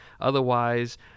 Otherwise